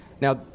Now